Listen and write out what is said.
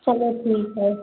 चलो ठीक है